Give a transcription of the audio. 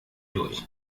durch